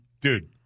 Dude